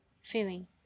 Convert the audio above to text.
feeling